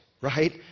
right